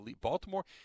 Baltimore